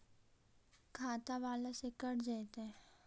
खाता बाला से कट जयतैय?